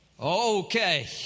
okay